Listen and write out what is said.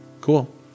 Cool